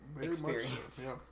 experience